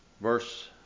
Verse